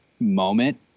moment